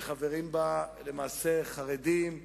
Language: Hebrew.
שחברים בה חרדים וחילונים.